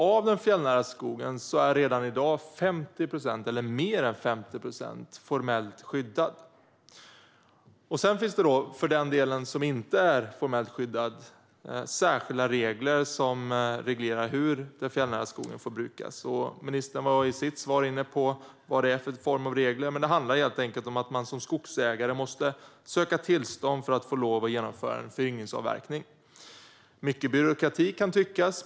Av den fjällnära skogen är redan i dag mer än 50 procent formellt skyddad. För den delen som inte är formellt skyddad finns särskilda regler som reglerar hur den fjällnära skogen får brukas. Ministern var i sitt svar inne på vad det är för form av regler. Det handlar helt enkelt om att man som skogsägare måste söka tillstånd för att få lov att genomföra en föryngringsavverkning. Det kan tyckas att det är mycket byråkrati.